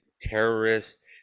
terrorists